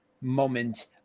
moment